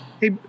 hey